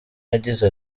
yagize